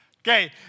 Okay